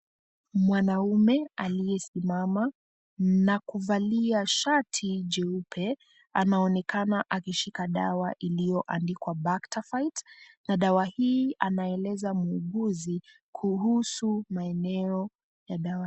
Mwanamume aliyesimama na kuvalia shati jeupe anaonekana akishika dawa iliyoandikwa backterfit na dawa hii anaeleza muuguzi kuhusu maeneo ya dawa.